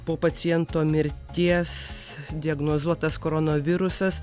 po paciento mirties diagnozuotas koronavirusas